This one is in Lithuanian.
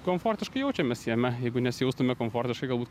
komfortiškai jaučiamės jame jeigu nesijaustume komfortiškai galbūt